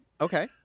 Okay